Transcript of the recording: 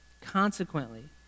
Consequently